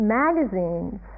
magazines